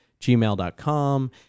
gmail.com